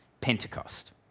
Pentecost